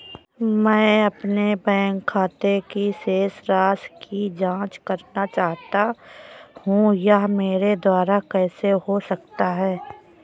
मैं अपने बैंक खाते की शेष राशि की जाँच करना चाहता हूँ यह मेरे द्वारा कैसे हो सकता है?